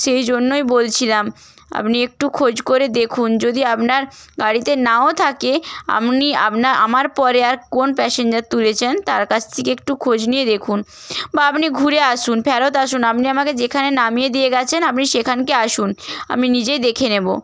সেই জন্যই বলছিলাম আপনি একটু খোঁজ করে দেখুন যদি আপনার গাড়িতে নাও থাকে আপনি আপনার আমার পরে আর কোন প্যাসেঞ্জার তুলেছেন তার কাছ থেকে একটু খোঁজ নিয়ে দেখুন বা আপনি ঘুরে আসুন ফেরত আসুন আপনি আমাকে যেখানে নামিয়ে দিয়ে গেছেন আপনি সেখানকে আসুন আমি নিজে দেখে নেবো